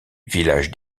village